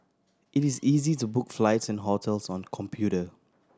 it is easy to book flights and hotels on the computer